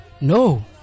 no